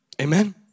Amen